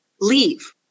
leave